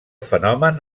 fenomen